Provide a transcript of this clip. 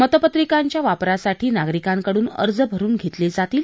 मतपत्रिकांच्या वापरासाठी नागरिकांकडून अर्ज भरून घेतले जातील